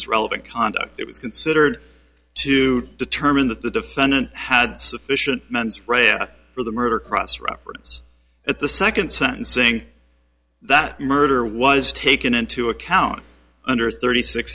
as relevant conduct it was considered to determine that the defendant had sufficient mens rea for the murder cross reference at the second sentencing that murder was taken into account under thirty six